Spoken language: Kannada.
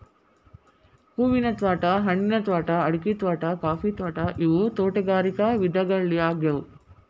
ಹೂವಿನ ತ್ವಾಟಾ, ಹಣ್ಣಿನ ತ್ವಾಟಾ, ಅಡಿಕಿ ತ್ವಾಟಾ, ಕಾಫಿ ತ್ವಾಟಾ ಇವು ತೋಟಗಾರಿಕ ವಿಧಗಳ್ಯಾಗ್ಯವು